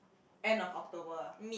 end of October ah